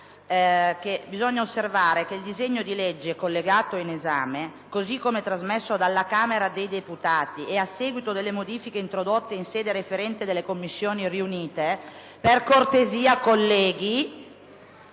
bisogna osservare che il disegno di legge collegato in esame, così come trasmesso dalla Camera dei deputati e a seguito delle modifiche introdotte in sede referente dalle Commissioni riunite, costituisce